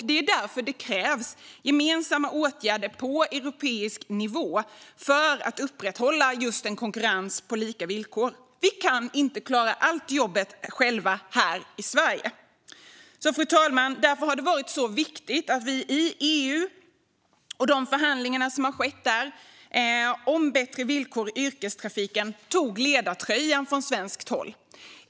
Det är därför det krävs gemensamma åtgärder på europeisk nivå för att upprätthålla en konkurrens på lika villkor. Vi kan inte klara allt jobbet själva här i Sverige. Därför, fru talman, var det viktigt att vi i EU-förhandlingarna om bättre villkor i yrkestrafiken tog ledartröjan från svenskt håll.